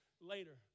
later